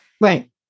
Right